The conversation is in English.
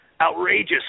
outrageous